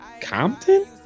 Compton